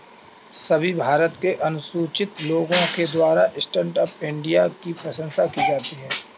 सभी भारत के अनुसूचित लोगों के द्वारा स्टैण्ड अप इंडिया की प्रशंसा की जाती है